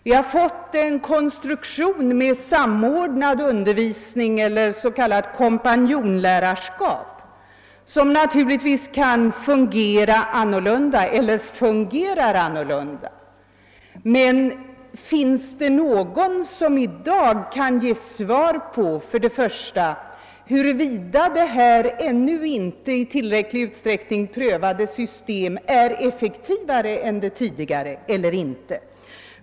Vi har fått en konstruktion med samordnad undervisning eller s.k. kompanjonlärarskap, som naturligtvis kan fungera annorlunda eller fungerar annorlunda. Men finns det någon som i dag kan ge ett svar på huruvida detta ännu inte i tillräcklig utsträckning prövade system är effektivare än det tidigare eller inte?